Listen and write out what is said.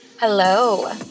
Hello